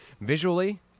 visually